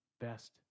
best